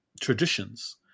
traditions